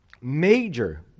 major